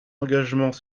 engagements